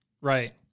Right